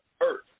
earth